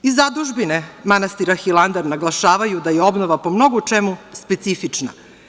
Iz Zadužbine manastira Hilandar naglašavaju da je obnova po mnogo čemu specifična.